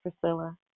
Priscilla